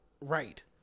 right